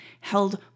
held